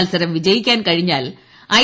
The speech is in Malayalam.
മത്സരം വിജയിക്കാൻ കഴിഞ്ഞാൽ ഐ